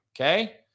Okay